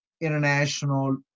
international